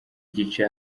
gice